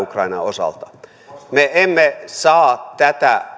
osalta me emme saa tätä